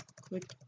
click